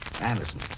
Anderson